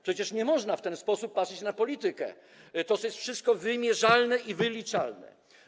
Przecież nie można w ten sposób patrzeć na politykę, to wszystko jest wymierzalne i wyliczalne.